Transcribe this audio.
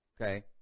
okay